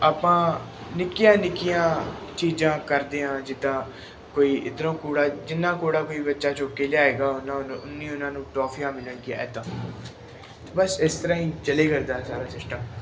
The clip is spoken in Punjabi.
ਆਪਾਂ ਨਿੱਕੀਆਂ ਨਿੱਕੀਆਂ ਚੀਜ਼ਾਂ ਕਰਦੇ ਹਾਂ ਜਿੱਦਾਂ ਕੋਈ ਇੱਧਰੋਂ ਕੂੜਾ ਜਿੰਨਾ ਕੂੜਾ ਕੋਈ ਬੱਚਾ ਚੁੱਕ ਕੇ ਲਿਆਏਗਾ ਉੱਨਾਂ ਉੱਨੀ ਉਹਨਾਂ ਨੂੰ ਟੋਫੀਆਂ ਮਿਲਣਗੀਆਂ ਇੱਦਾਂ ਬਸ ਇਸ ਤਰ੍ਹਾਂ ਹੀ ਚਲੇ ਕਰਦਾ ਸਾਰਾ ਸਿਸਟਮ